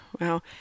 Wow